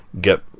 get